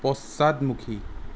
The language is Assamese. পশ্চাদমুখী